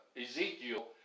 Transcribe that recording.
Ezekiel